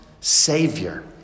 Savior